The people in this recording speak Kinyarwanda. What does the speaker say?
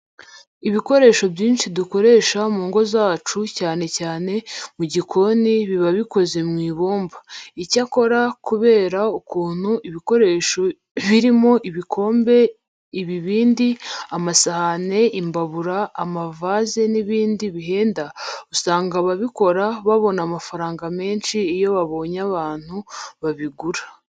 Ibikoresho byinshi dukoresha mu ngo zacu cyane cyane mu gikoni biba bikoze mu ibumba. Icyakora kubera ukuntu ibikoresho birimo ibikombe, ibibindi, amasahane, imbabura, amavaze n'ibindi bihenda, usanga ababikora babona amafaranga menshi iyo babonye abantu babigura.